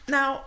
Now